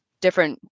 different